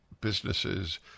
businesses